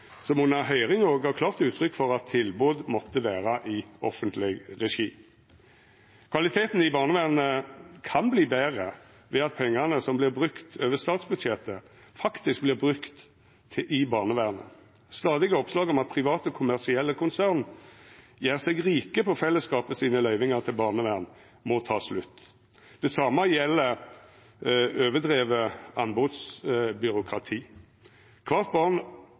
som under høyringa gav klart uttrykk for at tilbod måtte vera i offentleg regi. Kvaliteten i barnevernet kan verta betre ved at pengane som vert brukte over statsbudsjettet, faktisk vert brukte i barnevernet. Stadige oppslag om at private kommersielle konsern gjer seg rike på fellesskapet sine løyvingar til barnevern, må ta slutt. Det same gjeld overdrive